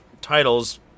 titles